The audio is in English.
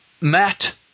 Matt